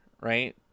right